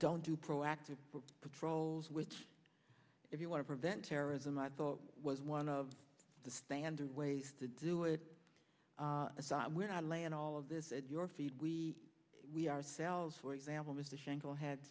don't do proactive patrols which if you want to prevent terrorism i thought was one of the standard ways to do it where i lay in all of this at your feet we we ourselves for example missed a shingle had